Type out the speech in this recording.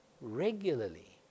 regularly